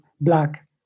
black